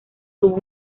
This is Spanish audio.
tuvo